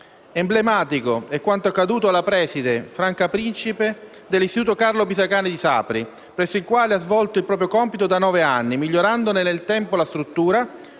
Emblematico è quanto accaduto alla preside Franca Principe dell'Istituto «Carlo Pisacane» di Sapri, presso il quale svolge il proprio compito da nove anni, migliorandone nel tempo la struttura